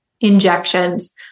injections